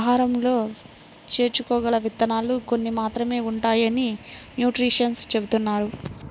ఆహారంలో చేర్చుకోగల విత్తనాలు కొన్ని మాత్రమే ఉంటాయని న్యూట్రిషన్స్ చెబుతున్నారు